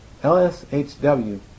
LSHW